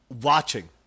Watching